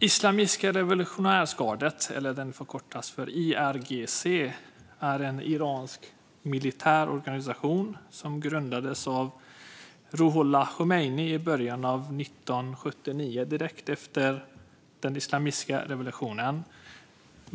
Islamiska revolutionsgardet, IRGC, är en iransk militär organisation som grundades av Ruhollah Khomeini i början av 1979, direkt efter den islamistiska revolutionen.